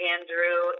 Andrew